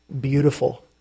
beautiful